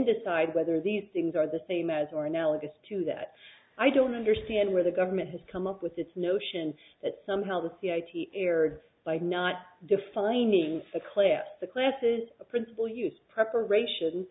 decide whether these things are the same as or analogous to that i don't understand where the government has come up with this notion that somehow the cia erred by not defining the clips the classes a principle use preparation